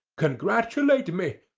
congratulate me!